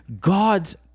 God's